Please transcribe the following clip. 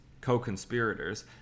co-conspirators